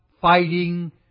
fighting